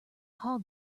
hog